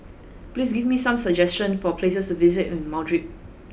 please give me some suggestions for places to visit in Madrid